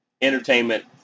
entertainment